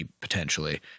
potentially